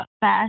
best